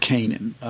Canaan